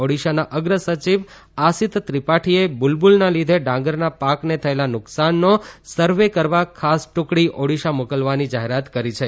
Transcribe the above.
ઓડીશાના અગ્ર સચિવ અસીત ત્રિપાઠીએ બુલબુલના લીધે ડાંગરના પાકને થયેલા નુકસાનનો સર્વે કરવા ખાસ ટુકડી ઓડીશા મોકલવાની રજુઆત કરી છે